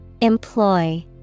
Employ